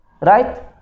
Right